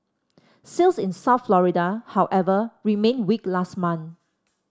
sales in South Florida however remained weak last month